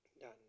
Done